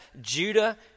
Judah